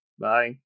Bye